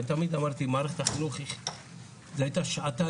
תמיד אמרתי מערכת החינוך זו הייתה שעתה